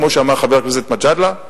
כמו שאמר חבר הכנסת מג'אדלה,